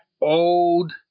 old